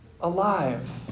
alive